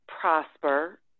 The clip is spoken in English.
prosper